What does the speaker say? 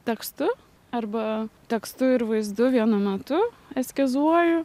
tekstu arba tekstu ir vaizdu vienu metu eskizuoju